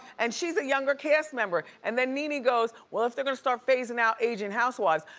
and she's a younger cast member and then nene goes, well, if they're gonna start phasin' out aging housewives,